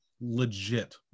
Legit